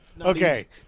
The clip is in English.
Okay